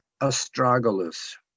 astragalus